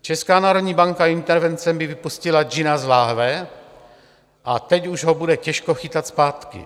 Česká národní banka intervencemi vypustila džina z lahve a teď už ho bude těžko chytat zpátky.